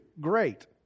Great